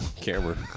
camera